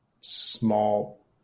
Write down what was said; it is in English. small